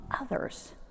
others